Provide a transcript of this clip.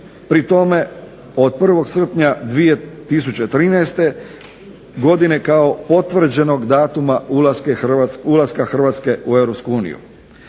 pri tome od 1. srpnja 2013. godine kao potvrđenog datuma ulaska Hrvatske u EU.